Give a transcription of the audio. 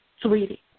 sweetie